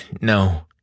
No